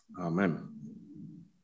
amen